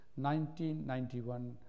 1991